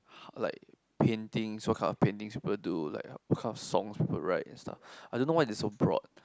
like painting so what kind of painting people do like what kind of song people write and stuff I don't know why he is so broad